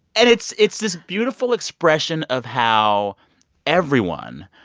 and it's it's this beautiful expression of how everyone,